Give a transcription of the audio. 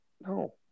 No